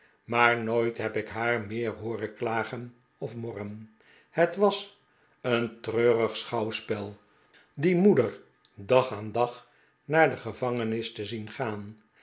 maar nooit heb ik haar meer hooren klagen of morren het was een treurig schouwspel die moeder dag aan dag naar de gevangenis te zien gaan